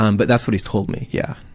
um but that's what he's told me, yeah.